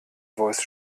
voice